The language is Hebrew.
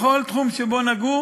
בכל תחום שבו נגעו